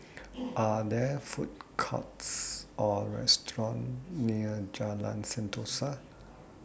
Are There Food Courts Or restaurants near Jalan Sentosa